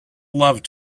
loved